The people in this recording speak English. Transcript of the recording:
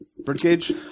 Birdcage